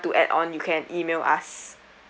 to add on you can email us